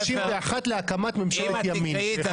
להקמת ממשלת ימין.